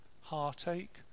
heartache